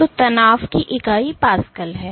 तो तनाव की इकाई पास्कल है